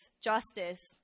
justice